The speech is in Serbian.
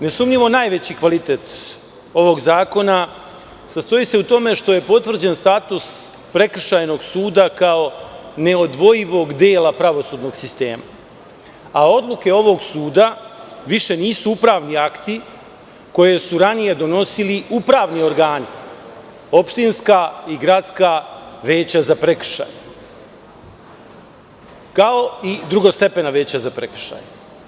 Nesumnjivo najveći kvalitet ovog zakona sastoji se u tome što je potvrđen status prekršajnog suda kao neodvojivog dela pravosudnog sistema, a odluke ovog suda više nisu upravni akti koje su ranije donosili upravni organi – opštinska i gradska veća za prekršaje, kao i drugostepena veća za prekršaje.